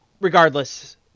Regardless